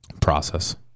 process